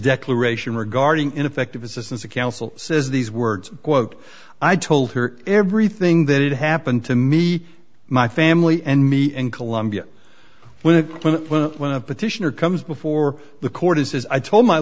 declaration regarding ineffective assistance of counsel says these words quote i told her everything that had happened to me my family and me in colombia when it went when a petition or comes before the court is i told my